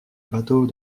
bateaux